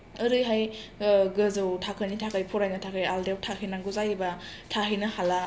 ओरैहाय गोजौ थाखोनि थाखाय फरायनो थाखाय आलदायाव थाहैनांगौ जायोब्ला थाहैनो हाला